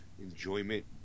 enjoyment